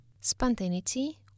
Spontaneity